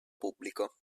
pubblico